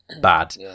bad